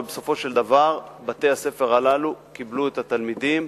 ובסופו של דבר בתי-הספר הללו קיבלו את התלמידים,